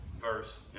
verse